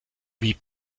wie